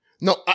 No